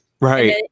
Right